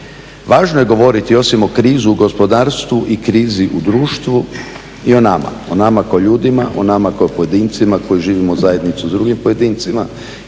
važno je govoriti osim o krizi u gospodarstvu i krizi u društvu, i o nama, o nama kao ljudima, o nama ko pojedincima koji živimo u zajednici s drugim pojedincima,